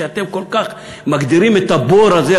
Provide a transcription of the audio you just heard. שאתם כל כך מגדירים את הבור הזה,